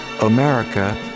America